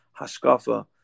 hashkafa